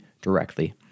directly